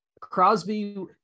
Crosby